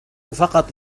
فقط